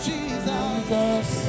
Jesus